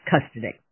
custody